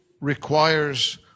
requires